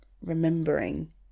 remembering